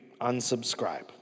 unsubscribe